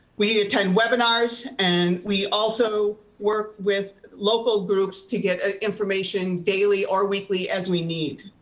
we attend webinars and we also work with local groups to get ah information daily or weekly as we need.